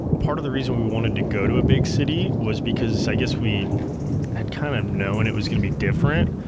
part of the reason we we wanted to go to a big city was because, i guess, we had kinda kind of known it was gonna be different,